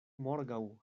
morgaŭ